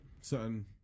certain